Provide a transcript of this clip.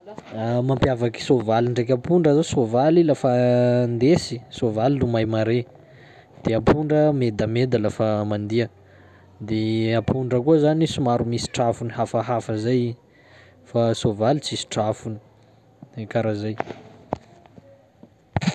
Mampiavaky soavaly ndraiky apondra zao, soavaly lafa ndesy soavaly lomay mare, de apondra medameda lafa mandeha, de apondra koa zany somary misy trafony hafahafa zay fa soavaly tsisy trafony, de karaha zay.